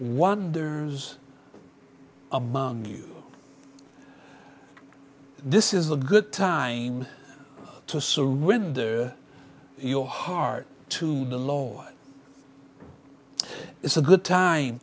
wonders among you this is a good time to surrender your heart to the lord it's a good time